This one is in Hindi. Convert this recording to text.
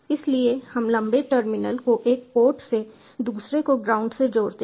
इसलिए हम लंबे टर्मिनल को एक पोर्ट से दूसरे को ग्राउंड से जोड़ते हैं